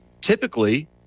typically